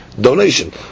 donation